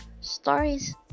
stories